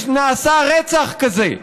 שנעשה רצח כזה,